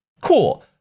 Cool